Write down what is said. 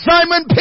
Simon